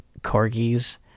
Corgis